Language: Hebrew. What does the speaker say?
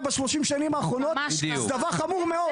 ב-30 שנים האחרונות זה דבר חמור מאוד.